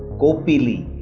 kopili,